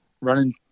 running